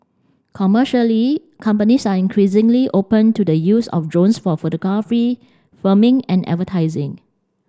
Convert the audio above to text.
commercially companies are increasingly open to the use of drones for photography filming and advertising